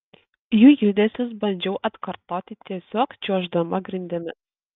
jų judesius bandžiau atkartoti tiesiog čiuoždama grindimis